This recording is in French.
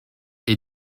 est